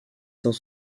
cent